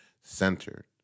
centered